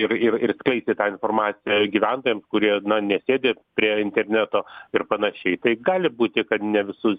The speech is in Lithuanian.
ir ir ir skleisti tą informaciją gyventojams kurie nesėdi prie interneto ir panašiai tai gali būti kad ne visus